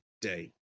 day